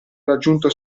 raggiunto